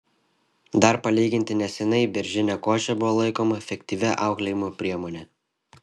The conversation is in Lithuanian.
dar palyginti neseniai beržinė košė buvo laikoma efektyvia auklėjimo priemone